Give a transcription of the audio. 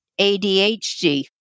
ADHD